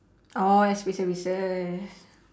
orh S_P services